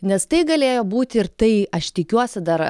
nes tai galėjo būti ir tai aš tikiuosi dar